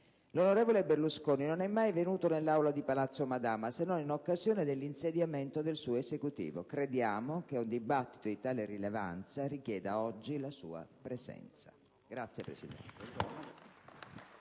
L'onorevole Berlusconi non è mai venuto nell'Aula di Palazzo Madama se non in occasione dell'insediamento del suo Esecutivo. Crediamo che un dibattito di tale rilevanza richieda, oggi, la sua presenza.